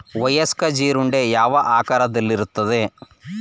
ವಯಸ್ಕ ಜೀರುಂಡೆ ಯಾವ ಆಕಾರದಲ್ಲಿರುತ್ತದೆ?